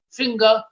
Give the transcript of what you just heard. finger